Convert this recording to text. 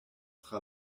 tra